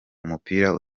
umupira